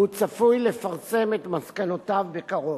וצפוי כי יפרסם את מסקנותיו בקרוב.